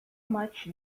much